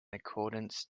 accordance